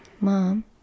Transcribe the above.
Mom